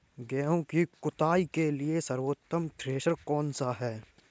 गेहूँ की कुटाई के लिए सर्वोत्तम थ्रेसर कौनसा है?